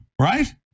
right